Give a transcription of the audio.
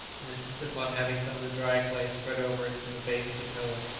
and insisted upon having some of the dry clay spread over it from the base of the cone.